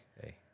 hey